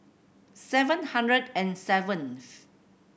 seven hundred and seventh